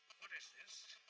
what is this?